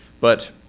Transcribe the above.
but